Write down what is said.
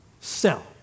Sell